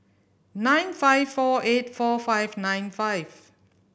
nine five four eight four five nine five